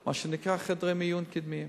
מה שנקרא "חדרי מיון קדמיים".